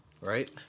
right